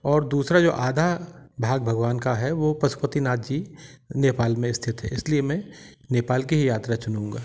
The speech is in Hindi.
और दूसरा जो आधा भाग भगवान का है वो पशुपति नाथ जी नेपाल में स्थित है इसलिए मैं नेपाल की यात्रा चुनूँगा